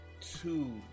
two